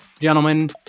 Gentlemen